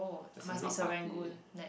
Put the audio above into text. as in not party